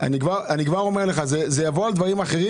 אני כבר אומר לך שזה יבוא על דברים אחרים